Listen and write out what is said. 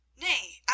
Nay